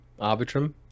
Arbitrum